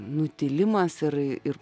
nutilimas ir